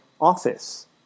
office